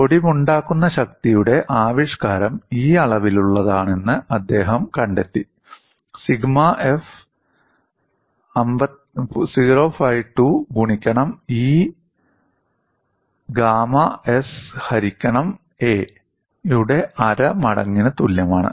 ഒടിവുണ്ടാക്കുന്ന ശക്തിയുടെ ആവിഷ്കാരം ഈ അളവിലുള്ളതാണെന്ന് അദ്ദേഹം കണ്ടെത്തി സിഗ്മ എഫ് "052 ഗുണിക്കണം E ഗുണിക്കണം ഗാമ s ഹരിക്കണം a" യുടെ അര മടങ്ങിനു തുല്യമാണ്